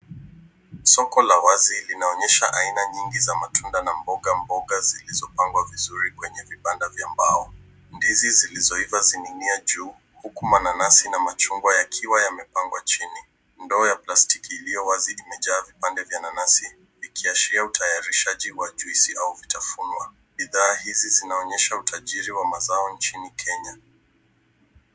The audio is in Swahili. Soko la wazi linaonyesha aina nyingi za matunda na mboga mboga zilizopangwa vizuri kwenye vibanda vya mbao. Ndizi zilizoiva zinaning'inia juu huku mananasi na machungwa yakiwa yamepangwa chini. Ndoo ya plastiki iliyo wazi imejaa vipande vya nanasi ikiashiria utayarishaji wa juisi au vitafunwa. Bidhaa hizi zinaonyesha utajiri wa mazao nchini Kenya.